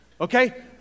okay